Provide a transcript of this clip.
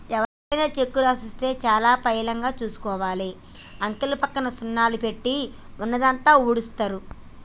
ఎవరికైనా చెక్కు రాసిస్తే చాలా పైలంగా చూసుకోవాలి, అంకెపక్క సున్నాలు పెట్టి ఉన్నదంతా ఊడుస్తరు